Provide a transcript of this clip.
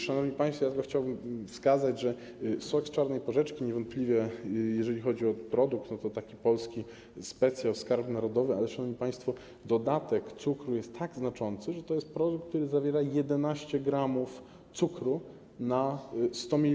Szanowni państwo, ja tylko chciałbym wskazać, że sok z czarnej porzeczki niewątpliwie, jeżeli chodzi o produkt, to jest to taki polski specjał, skarb narodowy, ale dodatek cukru jest tak znaczący, że to jest produkt, który zawiera 11 g cukru na 100 ml.